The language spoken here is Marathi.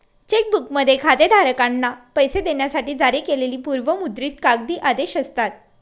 चेक बुकमध्ये खातेधारकांना पैसे देण्यासाठी जारी केलेली पूर्व मुद्रित कागदी आदेश असतात